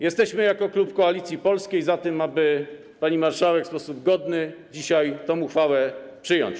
Jesteśmy jako klub Koalicji Polskiej za tym, pani marszałek, aby w sposób godny dzisiaj tę uchwałę przyjąć.